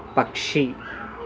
పక్షి